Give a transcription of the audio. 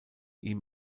ihm